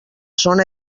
zona